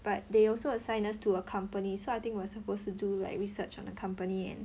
but they also assign us to a company so I think we're suppose to do like research on the company and